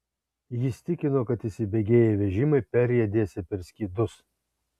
jis tikino kad įsibėgėję vežimai perriedėsią per skydus